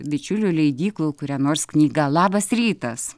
bičiulių leidyklų kuria nors knyga labas rytas